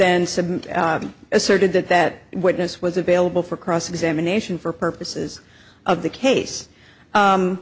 then submit asserted that that witness was available for cross examination for purposes of the case